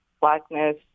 Blackness